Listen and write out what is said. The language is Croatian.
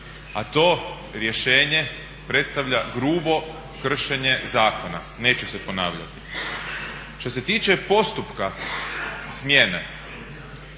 a to rješenje predstavlja grubo kršenje zakona. Neću se ponavljati. Što se tiče postupka smjene,